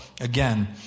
again